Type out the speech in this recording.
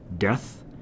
death